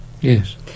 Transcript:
yes